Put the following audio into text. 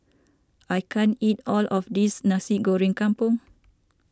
I can't eat all of this Nasi Goreng Kampung